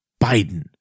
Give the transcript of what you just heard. Biden